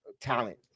talent